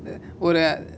ஒரு:oru